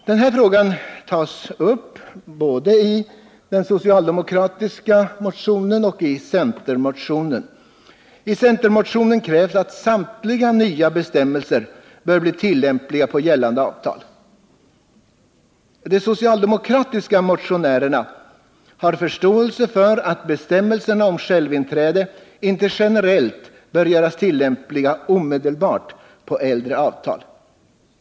Den här frågan tas upp både i den socialdemokratiska motionen och i centermotionen. I centermotionen krävs att samtliga nya bestämmelser skall bli tillämpliga på gällande avtal. De socialdemokratiska motionärerna har förståelse för att bestämmelserna om självinträde inte generellt bör göras tillämpliga omedelbart på äldre avtal.